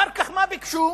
אחר כך מה ביקשו?